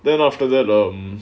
then after that um